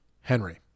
Henry